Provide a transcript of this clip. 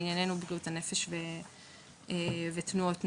בענייננו בריאות הנפש ותנועות נוער.